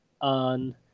on